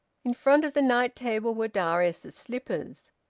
in front of the night-table were darius's slippers.